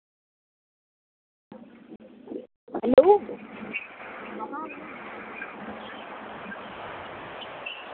hello